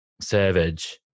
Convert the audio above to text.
Savage